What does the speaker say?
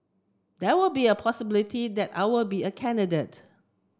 there will be a possibility that I'll be a candidate